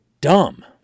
dumb